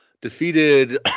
defeated